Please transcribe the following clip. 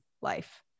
life